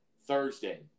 Thursday